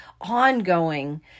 ongoing